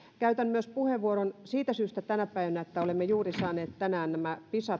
käytän puheenvuoron tänä päivänä myös siitä syystä että olemme juuri tänään saaneet pisa